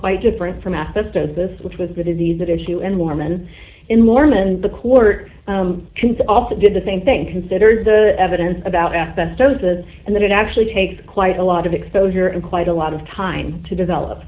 quite different from asbestosis which was the disease that issue and mormon in mormon the court can also did the same thing considered evidence about asbestosis and that it actually takes quite a lot of exposure and quite a lot of time to develop